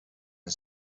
and